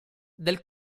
del